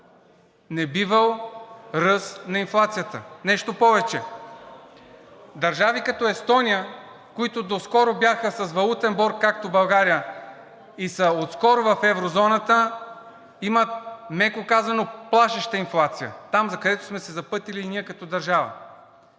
небивал ръст на инфлацията. Нещо повече, държави като Естония, които доскоро бяха с валутен борд, както България, и са отскоро в еврозоната, имат, меко казано, плашеща инфлация – там, закъдето сме се запътили ние като държава.